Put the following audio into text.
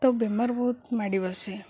ତ ବେମାର ବହୁତ ମାଡ଼ିି ବସେ